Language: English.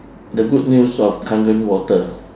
the good news of kangen water